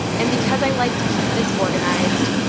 and because i like to keep this organized,